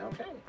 Okay